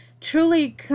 truly